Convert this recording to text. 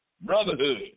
brotherhood